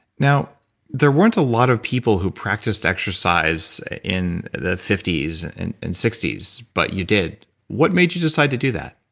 now there weren't a lot of people who practiced exercise in the fifty s and and sixty s, but you did what made you decide to do that?